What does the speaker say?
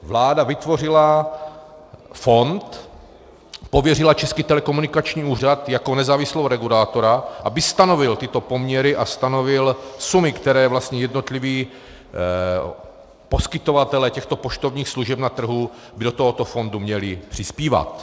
Vláda vytvořila fond, pověřila Český telekomunikační úřad jako nezávislého regulátora, aby stanovil tyto poměry a stanovil sumy, které vlastně jednotliví poskytovatelé těchto poštovních služeb na trhu by do tohoto fondu měli přispívat.